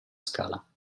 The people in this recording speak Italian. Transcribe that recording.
scala